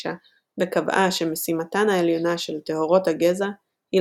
וקבעה שמשימתן העליונה של "טהורות הגזע" היא